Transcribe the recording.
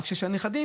אבל בשביל הנכדים,